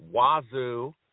wazoo